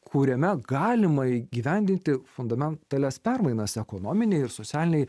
kuriame galima įgyvendinti fundamentalias permainas ekonominėj ir socialinėj